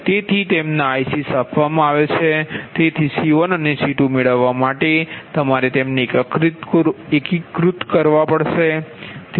તેથી તેમના ICs આપવામાં આવે છે તેથી C1 અનેC2 મેળવવા માટે તમારે તેમને એકીકૃત કરવા પડશે